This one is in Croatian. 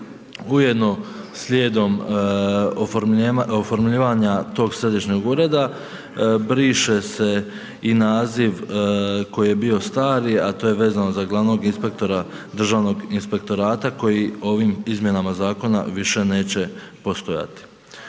Ujedno slijedom oformljivanja tog središnjeg ureda briše i naziv koji je bio stari a to je vezano za glavnog inspektora Državnog inspektorata koji ovim izmjenama zakona više neće postojati.